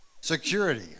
Security